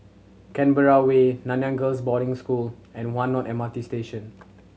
Canberra Way Nanyang Girls' Boarding School and One North M R T Station